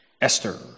Esther